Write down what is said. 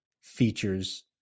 features